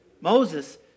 Moses